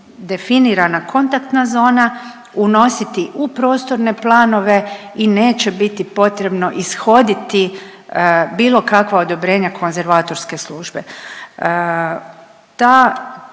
definirana kontaktna zona unositi u prostorne planove i neće biti potrebno ishoditi bilo kakva odobrenja konzervatorske službe.